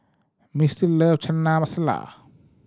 Mistie love Chana Masala